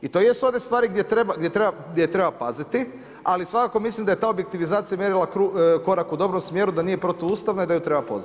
I to jesu one stvari gdje treba paziti, ali svakako mislim da je ta objektivizacija mjerila korak u dobrom smjeru, da nije protuustavna i da ju treba pozdraviti.